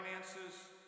finances